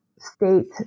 state